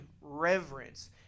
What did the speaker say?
reverence